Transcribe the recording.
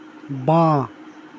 বাঁ